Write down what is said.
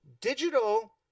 Digital